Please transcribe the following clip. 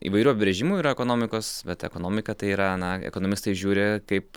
įvairių apibrėžimų yra ekonomikos bet ekonomika tai yra na ekonomistai žiūri kaip